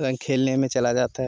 रंग खेलने में चला जाता है